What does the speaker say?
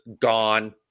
gone